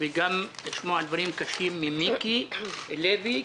וגם לשמוע דברים קשים ממיקי לוי,